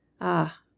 Ah